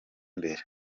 imbere